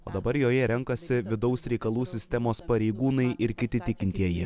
o dabar joje renkasi vidaus reikalų sistemos pareigūnai ir kiti tikintieji